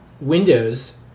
Windows